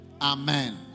Amen